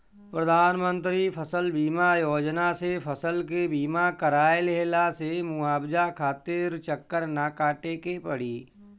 प्रधानमंत्री फसल बीमा योजना से फसल के बीमा कराए लेहला से मुआवजा खातिर चक्कर ना काटे के पड़ी